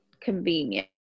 convenient